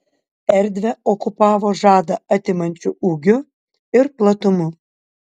erdvę okupavo žadą atimančiu ūgiu ir platumu